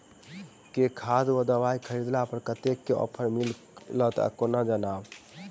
केँ खाद वा दवाई खरीदला पर कतेक केँ ऑफर मिलत केना जानब?